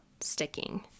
sticking